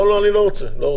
לא, אני לא רוצה הפעם.